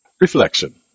Reflection